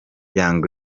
young